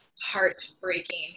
heartbreaking